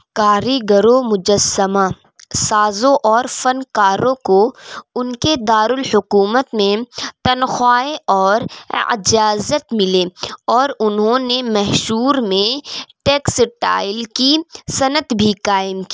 کاریگروں مجسمہ سازوں اور فنکاروں کو ان کے دارالحکومت میں تنخواہیں اور اجازت ملے اور انہوں نے میسور میں ٹیکسٹائل کی صنعت بھی قائم